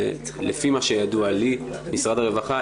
לפי מה שידוע לי משרד הרווחה,